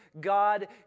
God